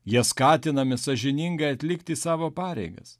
jie skatinami sąžiningai atlikti savo pareigas